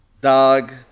Dog